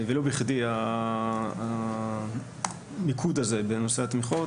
ולא בכדי המיקוד הזה בנושא התמיכות,